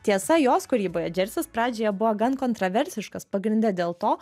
tiesa jos kūryboje džersis pradžioje buvo gan kontraversiškas pagrinde dėl to